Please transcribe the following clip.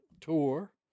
tour